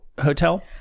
hotel